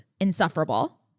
insufferable